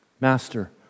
Master